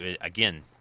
Again